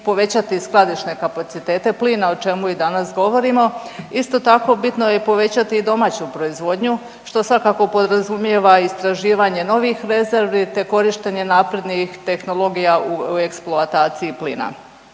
i povećati i skladišne kapacitete plina o čemu i danas govorimo. Isto tako bitno je povećati i domaću proizvodnju što svakako podrazumijeva istraživanje novih rezervi, te korištenje naprednih tehnologija u eksploataciji plina.